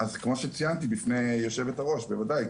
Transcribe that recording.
אז כמו שציינתי בפני יושבת הראש, בוודאי.